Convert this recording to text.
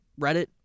Reddit